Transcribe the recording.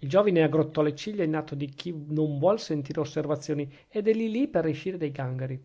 il giovine aggrottò le ciglia in atto di chi non vuol sentire osservazioni ed è lì lì per escire dai gangheri